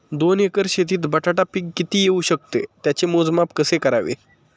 दोन एकर शेतीत बटाटा पीक किती येवू शकते? त्याचे मोजमाप कसे करावे?